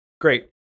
Great